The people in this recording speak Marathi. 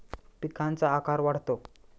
पिकांचा आकार वाढतो